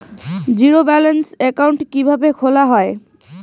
Zero balance account কিভাবে খোলা হয়?